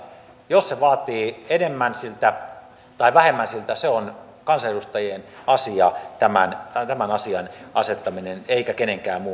jos se vaatii enemmän tai vähemmän sitä se on kansanedustajien passi ja tämän siltä tämän asian asettaminen on kansanedustajien asia eikä kenenkään muun